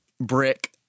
Brick